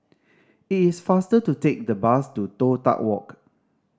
it is faster to take the bus to Toh Tuck Walk